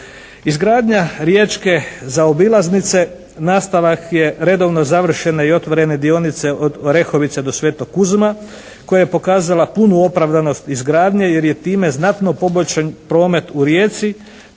Izgradnja Riječke zaobilaznice nastavak je redovne završene i otvorene dionice od Orehovice do Svetog Kuzma, koja je pokazala punu opravdanost izgradnje, jer je time znatno poboljšan promet u Rijeci,